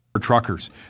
Truckers